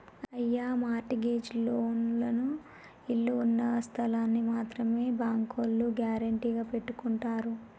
అయ్యో mortgage లోన్లకు ఇళ్ళు ఉన్నస్థలాల్ని మాత్రమే బ్యాంకోల్లు గ్యారెంటీగా పెట్టుకుంటారు